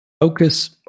focus